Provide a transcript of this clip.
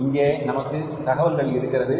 இங்கே நமக்கு தகவல்கள் இருக்கிறது